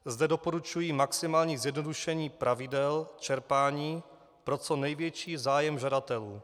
Zde doporučuji maximální zjednodušení pravidel čerpání pro co největší zájem žadatelů.